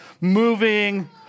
moving